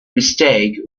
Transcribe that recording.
mistake